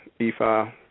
Ifa